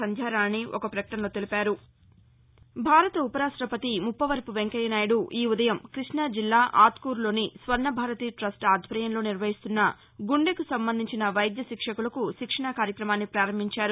సంధ్యారాణి ఒక పకటనలో తెలిపారు భారత ఉపరాష్ట్రపతి ముప్పవరపు వెంకయ్యనాయుడు ఈ ఉదయం కృష్ణజిల్లా ఆత్కూరులోని స్వర్ణభారతి ట్రస్ట్ ఆధ్వర్యంలో నిర్వహిస్తున్న గుండెకు సంబంధించిన వైద్య శిక్షకులకు శిక్షణ కార్యక్రమాన్ని పారంభించారు